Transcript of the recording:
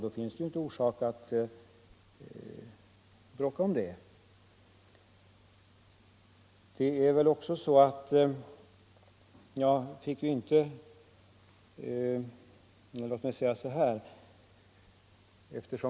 Då finns det ju ingen orsak att bråka om detta.